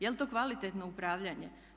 Je li to kvalitetno upravljanje?